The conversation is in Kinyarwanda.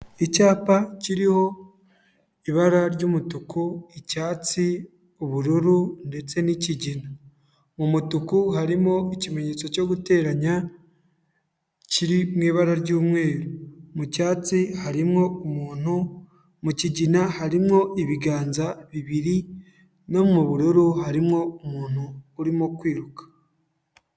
Icyapa kiriho ibara ry'umutuku, icyatsi, ubururu ndetse n'ikigina. Mu mutuku, harimo ikimenyetso cyo guteranya, kiri mu ibara ry'umweru. Mu cyatsi, harimo umuntu, mu kigina, harimo ibiganza bibiri no mu bururu, harimo umuntu urimo kwiruka.